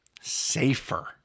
safer